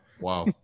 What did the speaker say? Wow